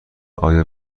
آیا